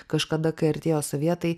kažkada kai artėjo sovietai